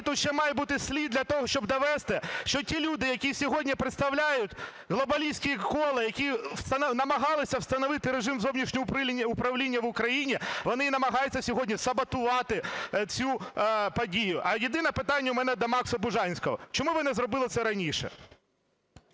тут ще має бути слід для того, щоб довести, що ті люди, які сьогодні представляють глобалістські кола, які намагались встановити режим зовнішнього управління в Україні, вони намагаються сьогодні саботувати цю подію. А єдине питання у мене до Макса Бужанського. Чому ви не зробили це раніше?